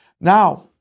Now